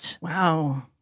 Wow